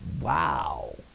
Wow